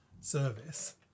service